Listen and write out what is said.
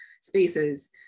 spaces